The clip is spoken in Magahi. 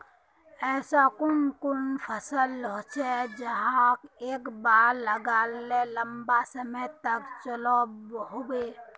ऐसा कुन कुन फसल होचे जहाक एक बार लगाले लंबा समय तक चलो होबे?